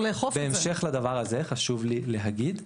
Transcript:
בהמשך לדבר הזה, חשוב לי להגיד.